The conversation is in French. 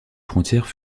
frontières